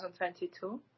2022